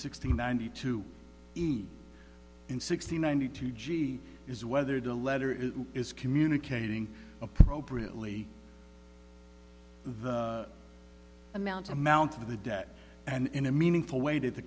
sixty ninety two and sixty nine to two g is whether the letter it is communicating appropriately the amount amount of the debt and in a meaningful way to the